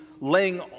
laying